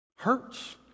Hurts